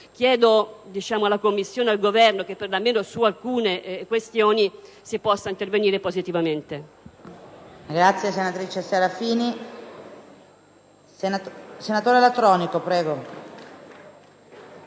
pertanto alla Commissione e al Governo che, almeno su alcune questioni, si possa intervenire positivamente.